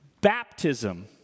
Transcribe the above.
Baptism